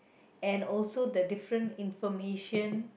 and also the different information